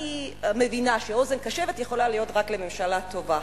אני מבינה שאוזן קשבת יכולה להיות רק לממשלה טובה.